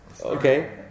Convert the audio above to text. Okay